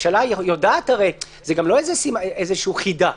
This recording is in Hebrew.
זה גם לא חידה.